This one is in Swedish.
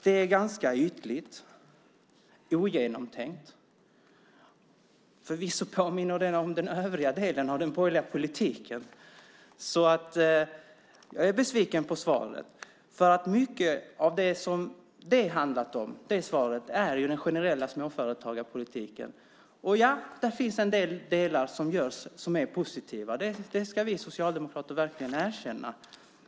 Det är ganska ytligt och ogenomtänkt. Förvisso påminner det om den övriga delen av den borgerliga politiken. Jag är besviken på svaret. Mycket handlar om den generella småföretagarpolitiken. Ja, där finns det delar som är positiva; det ska vi socialdemokrater verkligen erkänna.